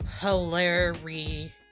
hilarious